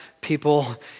people